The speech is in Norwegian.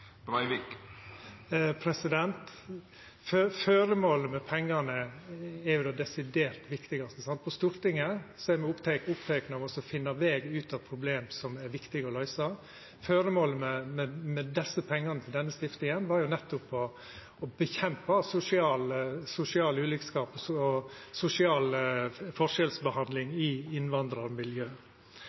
Føremålet med pengane er det desidert viktigaste. På Stortinget er me opptekne av å finna veg ut av problem som er viktige å løysa. Føremålet med pengane til denne stiftinga var nettopp å kjempa mot sosial ulikskap og sosial forskjellsbehandling i innvandrarmiljø.